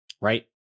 Right